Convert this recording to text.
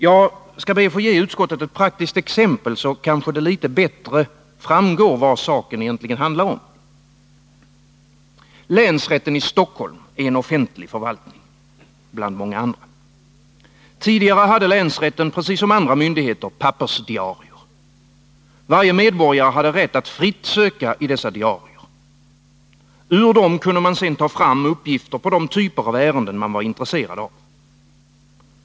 Jag skall be att få ge utskottet ett praktiskt exempel, så kanske det litet bättre framgår vad saken egentligen handlar om. Länsrätten i Stockholm är en offentlig förvaltning bland många andra. Tidigare hade länsrätten, precis som andra myndigheter, pappersdiarier. Varje medborgare hade rätt att fritt söka i dessa diarier. Ur dem kunde man ta fram uppgifter på de typer av ärenden man var intresserad av.